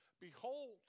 behold